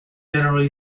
general